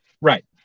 Right